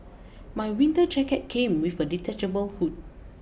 my winter jacket came with a detachable hood